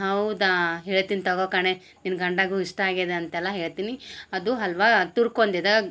ಹೌದಾ ಹೇಳ್ತೀನಿ ತಗೋ ಕಣೆ ನಿನ್ನ ಗಂಡಗು ಇಷ್ಟ ಆಗ್ಯದೆ ಅಂತ್ಯಲ ಹೇಳ್ತೀನಿ ಅದು ಹಲ್ವಾ ತುರ್ಕೊಂದಿದ